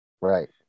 right